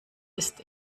ist